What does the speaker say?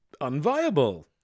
unviable